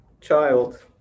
child